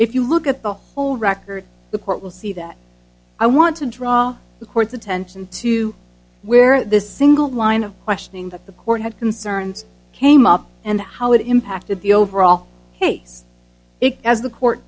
if you look at the whole record the court will see that i want to draw the court's attention to where the single line of questioning that the court had concerns came up and how it impacted the overall case as the court